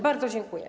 Bardzo dziękuję.